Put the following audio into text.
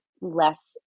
less